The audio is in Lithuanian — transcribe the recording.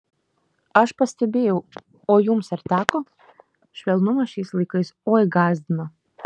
aš pastebėjau o jums ar teko švelnumas šiais laikais oi gąsdina